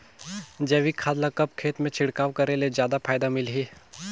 जैविक खाद ल कब खेत मे छिड़काव करे ले जादा फायदा मिलही?